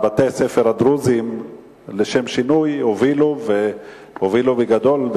בתי-הספר הדרוזיים הובילו בגדול,